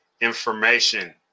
information